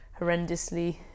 horrendously